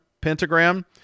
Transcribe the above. pentagram